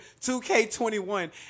2K21